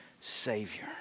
Savior